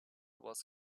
was